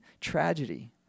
tragedy